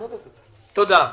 תודה.